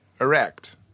erect